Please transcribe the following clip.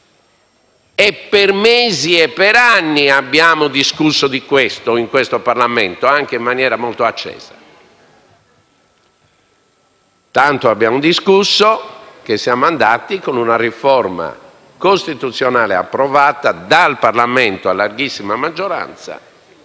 e per mesi e per anni ne abbiamo discusso in questo Parlamento, anche in maniera molto accesa. Tanto abbiamo discusso che siamo andati con una riforma costituzionale approvata dal Parlamento, a larghissima maggioranza,